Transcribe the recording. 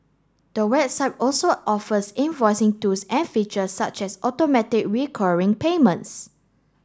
the website also offers invoicing tools and features such as automatic recurring payments